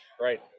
Right